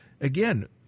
again